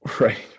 right